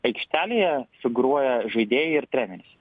aikštelėje figuruoja žaidėjai ir treneris